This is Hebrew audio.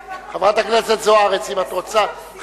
גם את זה אתם רוצים לקחת מאתנו?